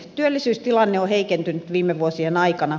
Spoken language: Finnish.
työllisyystilanne on heikentynyt viime vuosien aikana